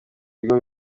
ibigo